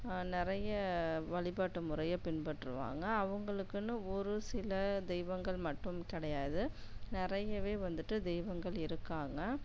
நிறைய வழிப்பாட்டு முறையை பின்பற்றுவாங்க அவங்களுக்குன்னு ஒருசில தெய்வங்கள் மட்டும் கிடையாது நிறையவே வந்துவிட்டு தெய்வங்கள் இருக்காங்க